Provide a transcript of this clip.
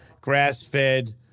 grass-fed